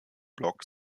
block